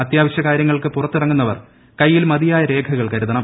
അത്യാവിശ്യ കാര്യങ്ങൾക്ക് പുറത്തിറങ്ങുന്നവർ കൈയിൽ മതിയായ രേഖ്കൾ കരുതണം